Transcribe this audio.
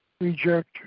reject